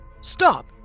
Stop